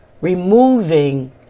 removing